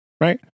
Right